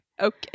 Okay